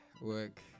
Work